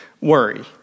worry